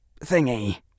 thingy